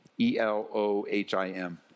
E-L-O-H-I-M